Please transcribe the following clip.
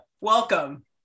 Welcome